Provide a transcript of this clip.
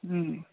ꯎꯝ